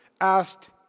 asked